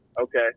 okay